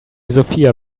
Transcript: sophia